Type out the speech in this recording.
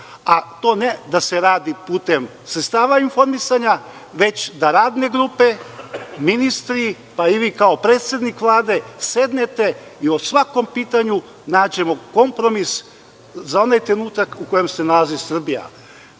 a to ne da se radi putem sredstava informisanja, već da radne grupe, ministri, pa i vi kao predsednik Vlade sednete i o svakom pitanju nađemo kompromis za onaj trenutak u kojem se nalazi Srbija. Još